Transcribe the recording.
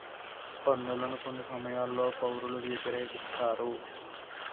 పన్నులను కొన్ని సమయాల్లో పౌరులు వ్యతిరేకిస్తారు